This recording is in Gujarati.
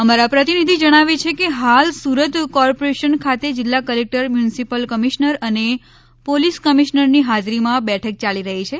અમારા પ્રતિનિધિ જણાવે છે કે હાલ સુરત કોર્પોરેશન ખાતે જિલ્લા કલેક્ટર મ્યુનિસિપલ કમિશનર અને પોલીસ કમિશનરની હાજરીમાં બેઠક યાલી રહી છે